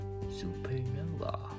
supernova